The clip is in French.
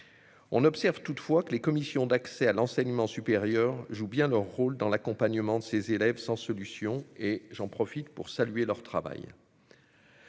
on observe toutefois que les commissions d'accès à l'enseignement supérieur jouent bien leur rôle dans l'accompagnement de ces élèves sans solution et j'en profite pour saluer leur travail.